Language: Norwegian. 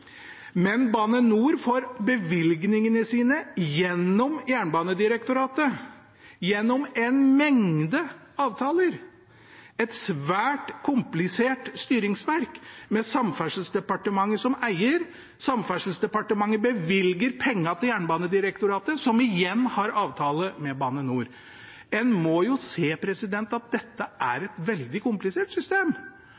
men Bane NOR får bevilgningene sine gjennom Jernbanedirektoratet, gjennom en mengde avtaler – et svært komplisert styringsverk med Samferdselsdepartementet som eier. Samferdselsdepartementet bevilger pengene til Jernbanedirektoratet, som igjen har avtale med Bane NOR. En må jo se at dette er